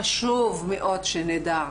חשוב מאוד שנדע,